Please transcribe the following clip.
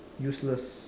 useless